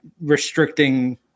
restricting